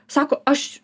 sako aš